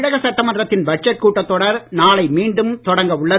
தமிழக சட்டமன்றத்தின் பட்ஜெட் கூட்டத்தொடர் நாளை மீண்டும் தொடங்கவுள்ளது